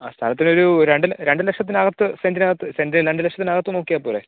ആ സ്ഥലത്തിനൊരു രണ്ട് രണ്ട് ലക്ഷത്തിനകത്ത് സെൻറ്റിനകത്ത് സെൻറ്റിന് രണ്ട് ലക്ഷത്തിനകത്ത് നോക്കിയാൽ പോരേ